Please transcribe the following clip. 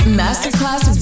masterclass